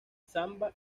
samba